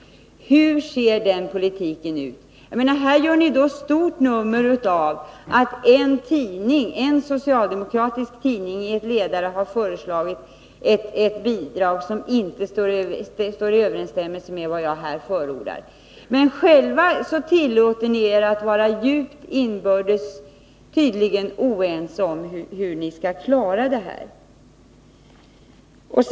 Här gör ni stort nummer av att en socialdemokratisk tidning i en ledare har föreslagit ett bidrag som inte står i överensstämmelse med vad jag här förordar. Men själva tillåter ni er att inbördes vara djupt oense om hur ni skall klara finansieringen av ett vårdnadsbidrag!